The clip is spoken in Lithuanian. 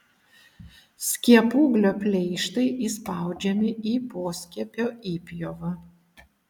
skiepūglio pleištai įspaudžiami į poskiepio įpjovą